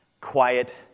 quiet